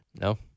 No